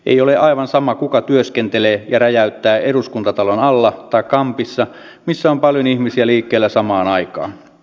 ei ole aivan sama kuka työskentelee ja räjäyttää eduskuntatalon alla tai kampissa missä on paljon ihmisiä liikkeellä samaan aikaan